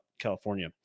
California